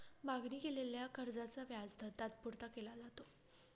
मागणी केलेल्या कर्जाचा व्याजदर तात्पुरता केला जातो